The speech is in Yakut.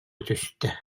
түстэ